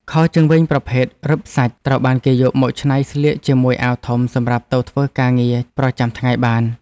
ខោជើងវែងប្រភេទរឹបសាច់ត្រូវបានគេយកមកច្នៃស្លៀកជាមួយអាវធំសម្រាប់ទៅធ្វើការងារប្រចាំថ្ងៃបាន។